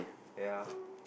ya